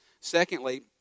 Secondly